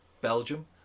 Belgium